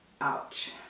Ouch